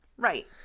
Right